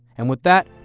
and with that,